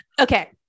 Okay